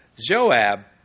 Joab